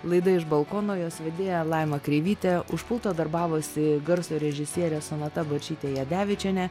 laida iš balkono jos vedėja laima kreivytė už pulto darbavosi garso režisierė sonata bočytė jadevičienė